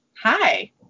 hi